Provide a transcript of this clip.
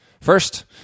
First